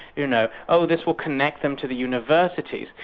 you know, oh, this will connect them to the universities',